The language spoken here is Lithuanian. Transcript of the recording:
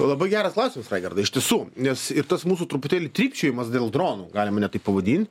labai geras klausimas raigardai iš tiesų nes ir tas mūsų truputėlį trypčiojimas dėl dronų galima net taip pavadint